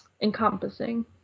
encompassing